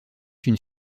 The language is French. une